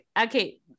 Okay